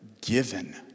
given